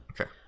okay